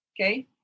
Okay